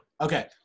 okay